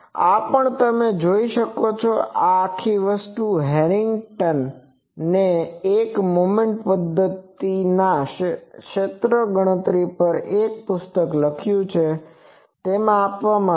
આ પણ તમે જોઈ શકો છો કે આ આખી વસ્તુ હેરિંગ્ટને એક મોમેન્ટ પદ્ધતિના ક્ષેત્ર ગણતરી પર એક પુસ્તક લખ્યું છે તેમાં આપવામાં આવ્યું છે